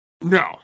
No